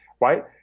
right